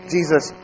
Jesus